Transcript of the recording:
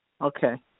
Okay